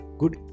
good